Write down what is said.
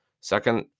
second